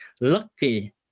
lucky